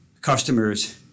customers